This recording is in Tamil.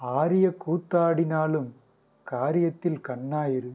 ஆரிய கூத்தாடினாலும் காரியத்தில் கண்ணாக இரு